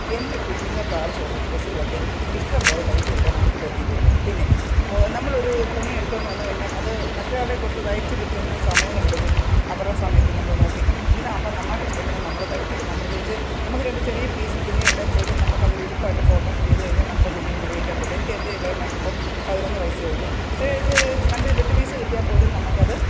എൻ്റെ കുഞ്ഞുങ്ങൾക്കാവശ്യം ഉള്ള ഡ്രെസ്സുകളൊക്കെ എനിക്ക് ഇഷ്ടംപോലെ തയ്ച്ചു കൊടുക്കാൻ അവർക്ക് പറ്റിയിട്ടുണ്ട് പിന്നെ ബോ നമ്മളൊരു തുണിയെടുത്തുകൊണ്ടു വന്നുകഴിഞ്ഞാൽ അത് മറ്റൊരാളുടെ കൊടുത്ത് തയ്ച്ച് കിട്ടുന്നതിനു സമയങ്ങളെടുക്കും അവരുടെ സമയത്തിന് നമ്മള് നോക്കി നില്ക്കണം ഇതാവുമ്പോള് നമ്മുടെ ഇഷ്ടത്തിന് നമ്മള് തയ്ച്ച് എടുക്കാം പ്രത്യേകിച്ച് നമുക്ക് രണ്ട് ചെറിയ പീസ് തുണി ഉണ്ടേ പോലും നമുക്കതൊരു ഉടുപ്പായിട്ട് ഫോർമേഷൻ ചെയ്തുകഴിഞ്ഞാല് നമ്മുടെ കുഞ്ഞുങ്ങള്ക്ക് ഉപയോഗിക്കാന് പറ്റും എനിക്ക് എൻ്റെ ഇളയ മോള്ക്കിപ്പോള് പതിനൊന്ന് വയസ്സേ ഉള്ളു പക്ഷെ രണ്ട് വെട്ട് പീസ് കിട്ടിയാല്പ്പോലും നമ്മള്ക്കത്